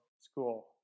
school